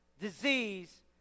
disease